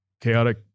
chaotic